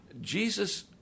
Jesus